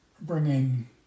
bringing